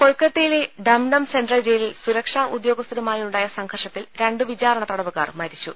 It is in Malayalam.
കൊൽക്കത്തയിലെ ഡംഡം സെൻട്രൽ ജയിലിൽ സുരക്ഷാ ഉദ്യോഗസ്ഥരുമായുണ്ടായ സംഘർഷത്തിൽ രണ്ട് വിചാരണ തടവുകാർ മരിച്ചു